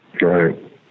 right